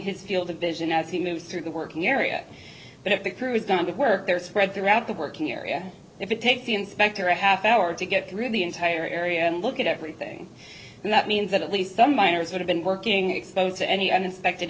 his field of vision as he moves through the working area but if the crew is going to work their thread throughout the working area if it takes the inspector a half hour to get through the entire area and look at everything and that means that at least the miners would have been working exposed to any unexpected